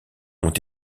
ont